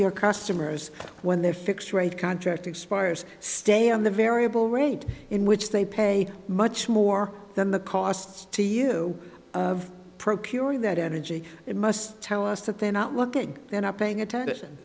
your customers when their fixed rate contract expires stay on the variable rate in which they pay much more than the costs to you of procuring that energy it must tell us that they're not looking they're not paying attention